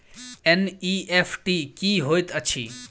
NEFT की होइत अछि?